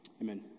Amen